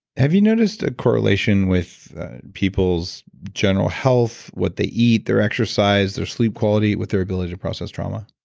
have you noticed a correlation with people's general health, what they eat their exercise, their sleep quality with their ability to process trauma?